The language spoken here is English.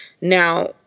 Now